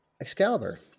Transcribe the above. Excalibur